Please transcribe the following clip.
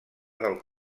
del